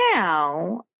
now